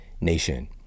nation